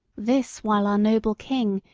this while our noble king,